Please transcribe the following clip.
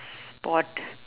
sport